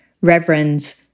Reverends